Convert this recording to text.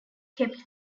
kept